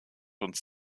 uns